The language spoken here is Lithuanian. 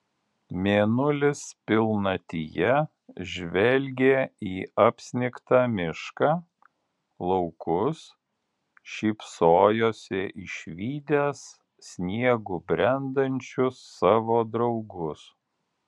mėnulis pilnatyje žvelgė į apsnigtą mišką laukus šypsojosi išvydęs sniegu brendančius savo draugus